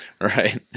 right